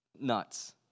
nuts